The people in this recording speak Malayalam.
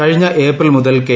കഴിഞ്ഞ ഏപ്രിൽ മുതൽ കെ